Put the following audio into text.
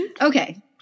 Okay